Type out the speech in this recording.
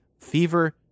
fever